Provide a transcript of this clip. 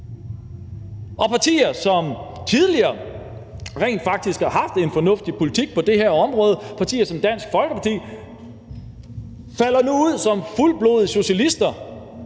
Partier, som tidligere rent faktisk har haft en fornuftig politik på det her område, partier som Dansk Folkeparti, falder nu ud som fuldblodssocialister,